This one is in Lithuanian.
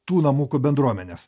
tų namukų bendruomenes